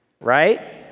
right